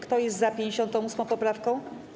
Kto jest za 58. poprawką?